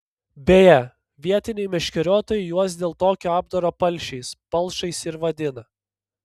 beje vietiniai meškeriotojai juos dėl tokio apdaro palšiais palšais ir vadina